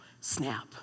snap